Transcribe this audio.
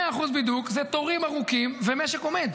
100% בידוק זה תורים ארוכים ומשק עומד,